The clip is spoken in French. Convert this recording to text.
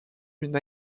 une